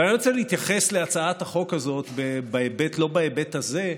אבל אני רוצה להתייחס להצעת החוק הזו לא בהיבט הזה,